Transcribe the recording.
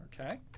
okay